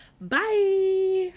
bye